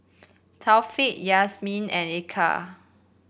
Taufik Yasmin and Eka